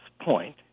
point